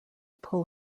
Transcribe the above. pull